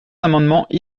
amendements